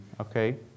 okay